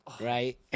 right